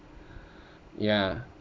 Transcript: ya